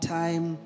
time